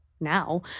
now